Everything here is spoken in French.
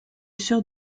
sur